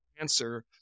answer